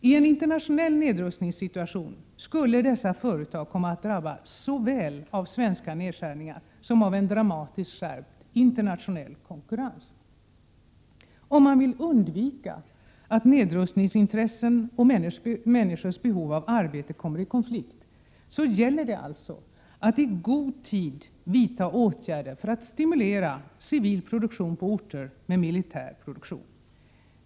I en internationell nedrustningssituation skulle dessa företag komma att drabbas såväl av svenska nedskärningar som av en dramatiskt skärpt internationell konkurrens. Om man vill undvika att nedrustningsintressen och människors behov av arbete kommer i konflikt, gäller det alltså att i god tid vidta åtgärder för att stimulera civil produktion på orter med militär produktion.